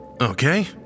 Okay